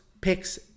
picks